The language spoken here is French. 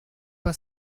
pas